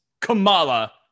Kamala